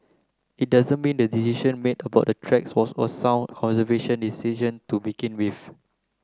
it doesn't mean the decision made about the tracks was a sound conservation decision to begin with